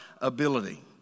ability